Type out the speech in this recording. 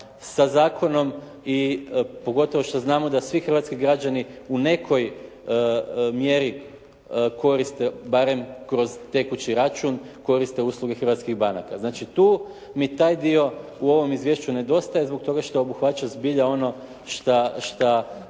sa zakonom i pogotovo što znamo da svi hrvatski građani u nekoj mjeri koriste, barem kroz tekući račun koriste usluge hrvatskih banaka. Znači tu mi taj dio u ovom izvješću nedostaje, zbog toga što obuhvaća zbilja ono šta